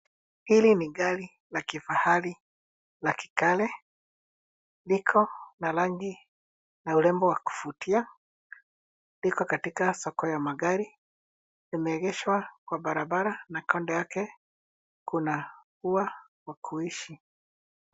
Hili ni gari la kifahari la kikale. Liko na rangi na urembo wa kuvutia. Liko katika soko ya magari. Limeegeshwa kwa barabara na kando yake kuna ua wa kuishi.